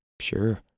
sure